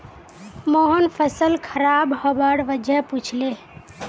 मोहन फसल खराब हबार वजह पुछले